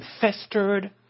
festered